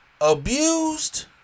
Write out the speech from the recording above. abused